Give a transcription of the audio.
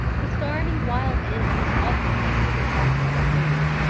the starving wild animals often came near the settlement for food.